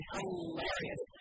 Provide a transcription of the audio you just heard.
Hilarious